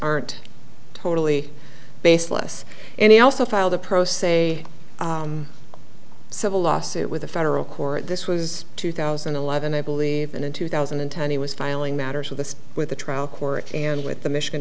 aren't totally baseless and he also filed the pro se civil lawsuit with a federal court this was two thousand and eleven i believe and in two thousand and ten he was filing matters with the with the trial court and with the michigan